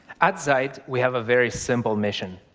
at zeit, we have a very simple mission.